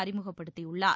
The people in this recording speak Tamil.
அறிமுகப்படுத்தியுள்ளார்